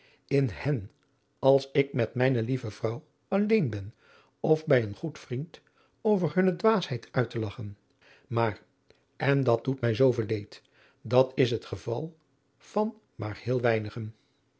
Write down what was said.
in hen als ik met mijne lieve vrouw alleen ben of bij een goed vriend over hunne dwaasheid uit te lagchen maar en dat doet mij zooveel leed dat is het geval van maar heel weinigen